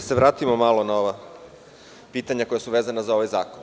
Da se vratimo malo na ova pitanja koja su vezana za ovaj zakon.